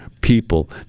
people